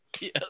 Yes